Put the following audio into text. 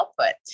output